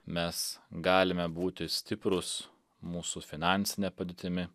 mes galime būti stiprūs mūsų finansine padėtimi